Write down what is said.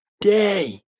day